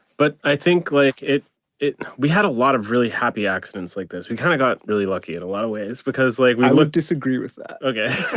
but i think like it it we had a lot of really happy accidents like this we kind of got really lucky in a lot of ways because like my look disagree with that, okay